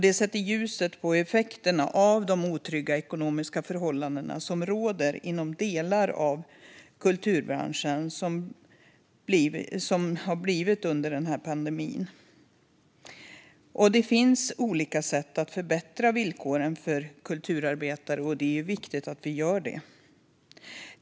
Det sätter ljuset på hur effekterna av de otrygga ekonomiska förhållanden som råder inom delar av kulturbranschen har blivit under pandemin. Det finns olika sätt att förbättra villkoren för kulturarbetare, och det är viktigt att vi gör det.